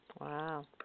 Wow